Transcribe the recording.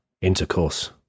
intercourse